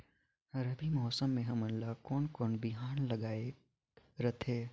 रबी मौसम मे हमन ला कोन कोन बिहान लगायेक रथे?